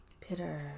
Pitter